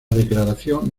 declaración